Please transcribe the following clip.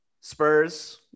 Spurs